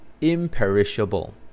imperishable